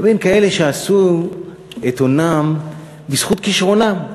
לבין כאלה שעשו את הונם בזכות כישרונם.